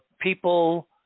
people